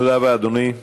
תודה רבה, אדוני.